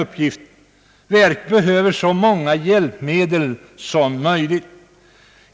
Det behöver så många hjälpmedel som möjligt.